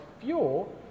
fuel